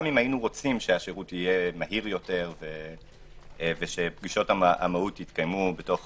גם אם היינו רוצים שהשירות יהיה מהיר יותר ושפגישות המהו"ת יתקיימו מתוך